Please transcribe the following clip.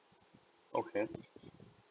okay